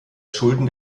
schulden